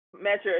measure